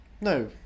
No